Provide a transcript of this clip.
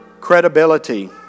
Credibility